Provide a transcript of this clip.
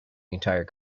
entire